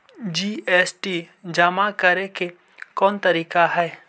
GST जमा करे के कौन तरीका हई